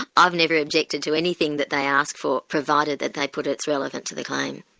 i've never objected to anything that they asked for, provided that they put it's relevant to the claim.